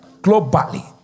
globally